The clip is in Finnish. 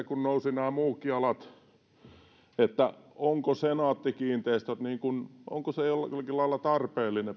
kun nousivat nämä muutkin alat onko senaatti kiinteistöt jollakin lailla tarpeellinen